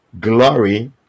glory